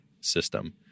system